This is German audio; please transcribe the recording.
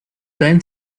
deinen